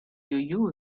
you